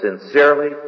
sincerely